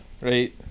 Right